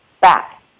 back